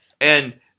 And-